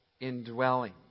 indwelling